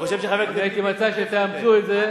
אני הייתי מציע שתאמצו את זה.